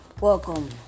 Welcome